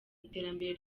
iterambere